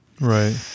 Right